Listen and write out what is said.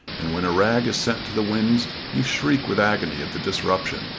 and when a rag is sent to the winds you shriek with agony at the disruption,